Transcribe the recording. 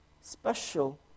special